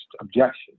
objection